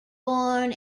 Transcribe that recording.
born